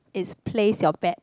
it's place your bet